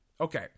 Okay